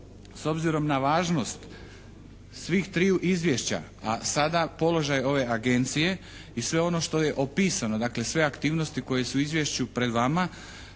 S obzirom na važnost svih triju izvješća, a sada položaj ove agencije i sve onoš to je opisano, dakle sve aktivnosti koje su u izvješću pred vama,